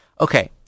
Okay